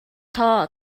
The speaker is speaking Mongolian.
тоо